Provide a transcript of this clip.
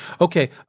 Okay